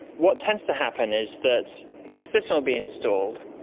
what tends to happen is that the system will be installed,